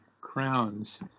crowns